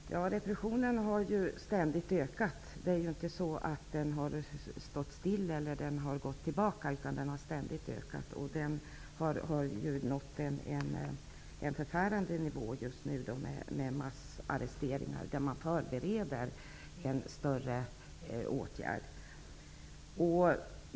Fru talman! Repressionen ökar ständigt. Den har inte stått still eller gått tillbaka. Den har just nu nått en förfärande nivå. Det sker massarresteringar, och man förbereder en större åtgärd.